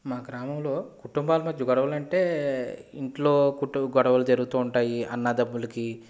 మా గ్రామంలో కుటుంబాల మధ్య గొడవలు అంటే ఇంట్లో గొడవలు జరుగుతుంటాయి అన్నదమ్ములకి